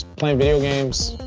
playin' video games.